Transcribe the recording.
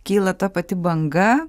kyla ta pati banga